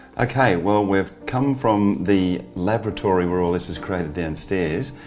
okay well we've come from the laboratory we're all this was created downstairs,